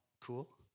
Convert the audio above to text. cool